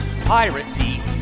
piracy